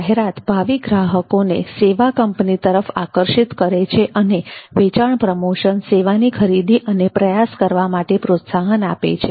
જાહેરાત ભાવિ ગ્રાહકોને સેવા કંપની તરફ આકર્ષિત કરે છે અને વેચાણ પ્રમોશન સેવાની ખરીદી અને પ્રયાસ કરવા માટે પ્રોત્સાહન આપે છે